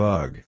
Bug